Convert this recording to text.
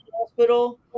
hospital